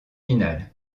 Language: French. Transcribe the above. finale